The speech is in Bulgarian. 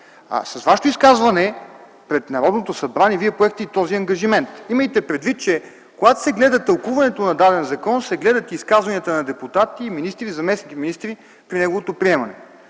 С Вашето изказване пред Народното събрание Вие поехте и този ангажимент. Имайте предвид, че когато се гледа тълкуването на даден закон, се гледат изказванията на депутати, министри и заместник-министри при неговото приемане.